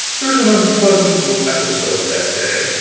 there was an unpleasant little episode that day,